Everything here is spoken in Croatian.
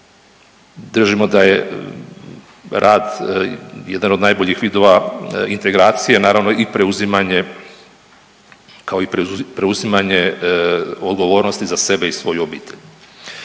Držimo da je rad jedan od najboljih vidova integracije, naravno i preuzimanje, kao i preuzimanje odgovornosti za sebe i svoju obitelj.